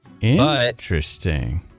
Interesting